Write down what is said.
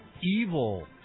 evil